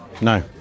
no